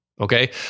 Okay